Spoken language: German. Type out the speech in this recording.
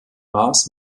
mars